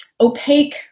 opaque